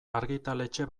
argitaletxe